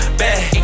bad